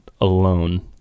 Alone